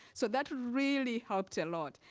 so that really helped a lot.